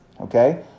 okay